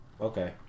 Okay